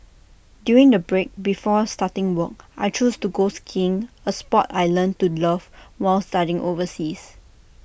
during the break before starting work I chose to go skiing A Sport I learnt to love while studying overseas